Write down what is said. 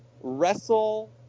wrestle